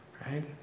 right